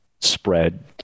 spread